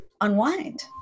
unwind